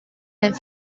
and